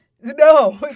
No